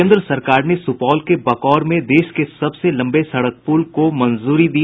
केन्द्र सरकार ने सुपौल के बकौर में देश के सबसे लंबे सड़क पुल को मंजूरी दी